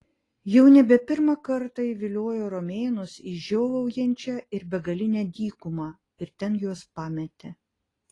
jau nebe pirmą kartą įviliojo romėnus į žiovaujančią ir begalinę dykumą ir ten juos pametė